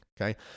Okay